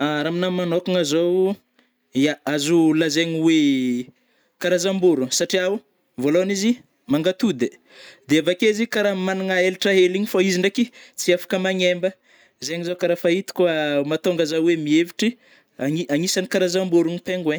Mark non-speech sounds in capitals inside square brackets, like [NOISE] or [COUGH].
Ra amina manôkagna zao, ia azo lazaina oe karambôrogno, satria o vôlôhany izy mangatody ai, de avakeo izy kara managna elatra hely igny fô izy ndraiky tsy afaka magnembagna zegny zao kara fa hitako [HESITATION] mahatonga za oe mihevitry agni-agnisany karazambôrogno pingouins.